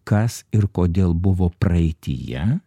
kas ir kodėl buvo praeityje